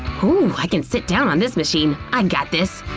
ooh! i can sit down on this machine! i got this.